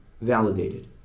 validated